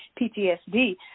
PTSD